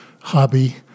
hobby